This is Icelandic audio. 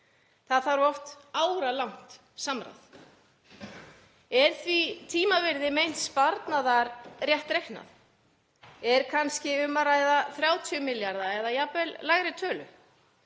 Það þarf oft áralangt samráð. Er því tímavirði meints sparnaðar rétt reiknað? Er kannski um að ræða 30 milljarða eða jafnvel lægri tölu?